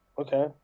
okay